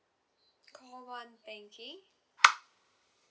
call one banking